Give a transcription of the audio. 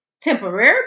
temporary